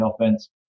offense